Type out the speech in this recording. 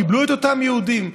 קיבלו את אותם יהודים?